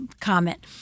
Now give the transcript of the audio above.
comment